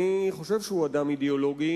אני חושב שהוא אדם אידיאולוגי,